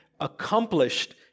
accomplished